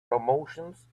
promotions